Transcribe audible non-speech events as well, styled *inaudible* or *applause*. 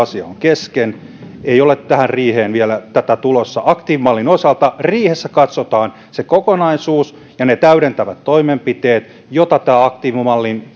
kesken ei ole tähän riiheen vielä tätä tulossa aktiivimallin osalta riihessä katsotaan se kokonaisuus ja ne täydentävät toimenpiteet joita tämä aktiivimallin *unintelligible*